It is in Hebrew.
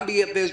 גם ב"יבש".